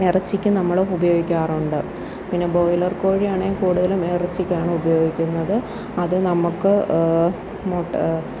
ഇറച്ചിക്കും നമ്മൾ ഉപയോഗിക്കാറുണ്ട് പിന്നെ ബോയിലർ കോഴിയണേ കൂടുതലും ഇറച്ചിക്കാണ് ഉപയോഗിക്കുന്നത് അതു നമുക്ക് മുട്ട